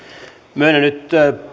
myönnän nyt